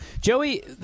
Joey